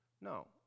No